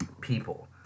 people